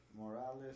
Morales